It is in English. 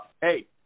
Hey